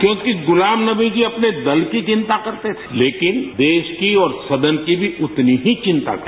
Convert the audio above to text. क्योंकि गुलाम नबी जी अपने दल चिंता करते थे लेकिन देश की और सदन की भी उतनी की चिंता थी